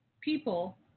people